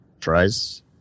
tries